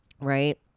Right